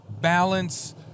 balance